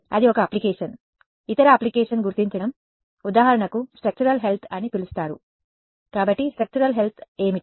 అది ఒక అప్లికేషన్ ఇతర అప్లికేషన్ గుర్తించడం ఉదాహరణకు స్ట్రక్చరల్ హెల్త్ అని పిలుస్తారు కాబట్టి స్ట్రక్చరల్ హెల్త్ ఏమిటి